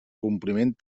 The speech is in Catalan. compliment